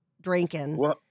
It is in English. drinking